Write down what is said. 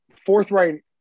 forthright